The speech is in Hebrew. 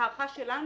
ההערכה שלנו,